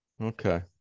Okay